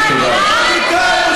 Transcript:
חקיקה דמוקרטית.